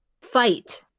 fight